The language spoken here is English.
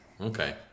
Okay